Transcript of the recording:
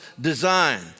design